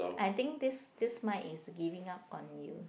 I think this this Mike is giving up on you